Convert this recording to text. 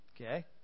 Okay